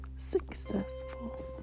successful